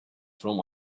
from